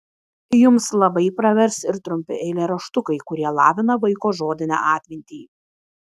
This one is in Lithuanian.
jums labai pravers ir trumpi eilėraštukai kurie lavina vaiko žodinę atmintį